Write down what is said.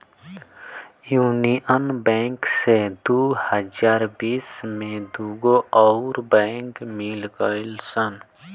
union Bank से दू हज़ार बिस में दूगो अउर बैंक मिल गईल सन